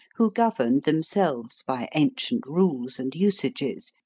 who governed, themselves, by ancient rules and usages,